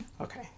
Okay